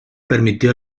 permitió